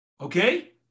okay